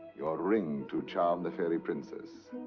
your ring to charm the fairy princess.